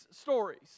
stories